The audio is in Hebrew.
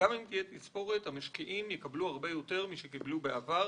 גם אם תהיה תספורת המשקיעים יקבלו הרבה יותר משקיבלו בעבר,